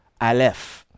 Aleph